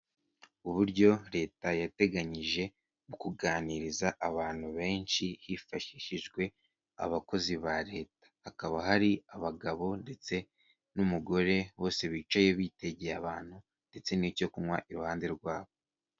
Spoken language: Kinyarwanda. Uburyo leta yateganyije mu kuganiriza abantu benshi hifashishijwe abakozi ba leta, hakaba hari abagabo ndetse n'umugore bose bicaye bitegeye abantu, ndetse n'icyo kunywa iruhande rwabo.